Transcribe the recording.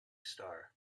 star